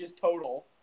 total